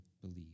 believe